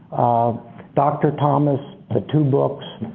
dr. thomas, the two books